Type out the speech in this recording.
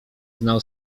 znał